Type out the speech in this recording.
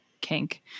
kink